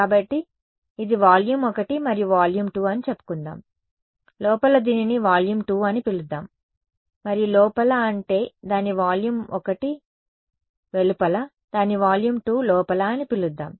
కాబట్టి ఇది వాల్యూమ్ 1 మరియు వాల్యూమ్ 2 అని చెప్పుకుందాం లోపల దీనిని వాల్యూమ్ 2 అని పిలుద్దాం మరియు లోపల అంటే దాని వాల్యూమ్ 1 వెలుపల దాని వాల్యూమ్ 2 లోపల అని పిలుద్దాం